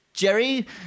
Jerry